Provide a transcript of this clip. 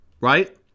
right